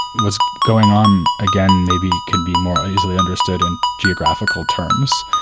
what's going on again, maybe could be more easily understood in geographical terms,